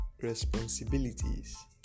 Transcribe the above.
responsibilities